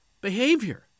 behavior